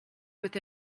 with